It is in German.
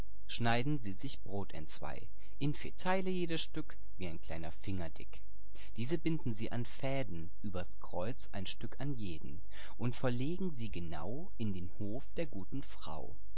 schneiden sie sich brot entzwei in vier teile jedes stück wie ein kleiner finger dick diese binden sie an fäden übers kreuz ein stück an jeden illustration vier brotstücke und verlegen sie genau in den hof der guten frau